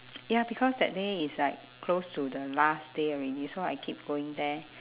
ya because that day is like close to the last day already so I keep going there